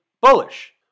bullish